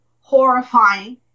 horrifying